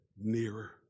nearer